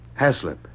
Haslip